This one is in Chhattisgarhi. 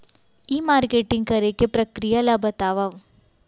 ई मार्केटिंग करे के प्रक्रिया ला बतावव?